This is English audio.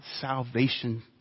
salvation